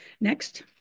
Next